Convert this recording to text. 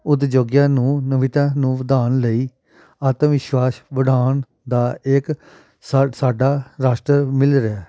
ਉਦਯੋਗੀਆਂ ਨੂੰ ਨਵੀਤਾ ਨੂੰ ਵਧਾਉਣ ਲਈ ਆਤਮ ਵਿਸ਼ਵਾਸ ਬੜਾਉਣ ਦਾ ਇੱਕ ਸਾ ਸਾਡਾ ਰਾਸ਼ਟਰ ਮਿਲ ਰਿਹਾ